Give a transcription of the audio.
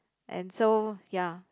and so ya